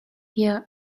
year